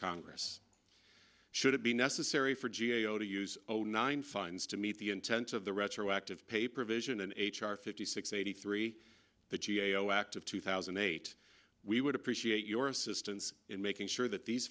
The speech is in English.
congress should it be necessary for g a o to use nine funds to meet the intent of the retroactive pay provision in h r fifty six eighty three the g a o act of two thousand and eight we would appreciate your assistance in making sure that these